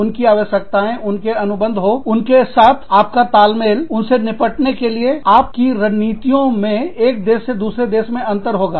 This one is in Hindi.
उनकी आवश्यकताएं उनके अनुबंध हो उनके साथ आपका तालमेल उनसे निपटने के लिए आप की रणनीतियों में एक देश से दूसरे देश में अंतर होगा